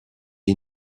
est